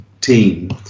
team